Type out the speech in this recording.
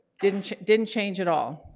didn't didn't change at all.